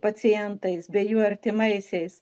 pacientais bei jų artimaisiais